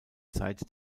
zeit